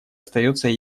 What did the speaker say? остается